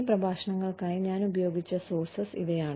ഈ പ്രഭാഷണങ്ങൾക്കായി ഞാൻ ഉപയോഗിച്ച സോർസസ് ഇവയാണ്